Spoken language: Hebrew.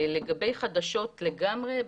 לגבי חדשות לגמרי,